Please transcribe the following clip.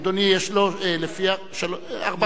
אדוני יש לו ארבע דקות.